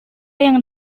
yang